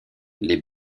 les